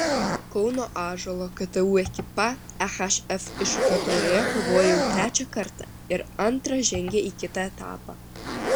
kauno ąžuolo ktu ekipa ehf iššūkio taurėje kovoja jau trečią kartą ir antrą žengė į kitą etapą